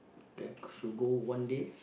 there should go one day